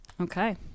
Okay